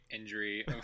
injury